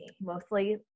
mostly